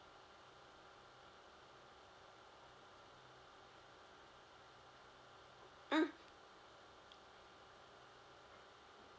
mm